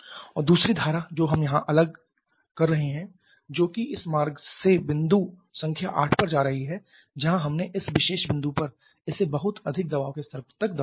और दूसरी धारा जो हम यहां अलग कर रहे हैं जो कि इस मार्ग से बिंदु संख्या 8 पर जा रही है जहां हमने इस विशेष बिंदु पर इसे बहुत अधिक दबाव के स्तर तक दबाया है